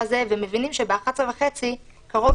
ומבינים שהם היו בשעה הזאת והם כולם